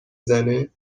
زنه